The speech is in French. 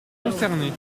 concernés